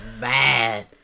bad